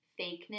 fakeness